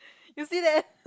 you see that